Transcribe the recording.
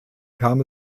kam